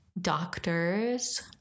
doctors